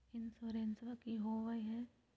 इंसोरेंसबा की होंबई हय?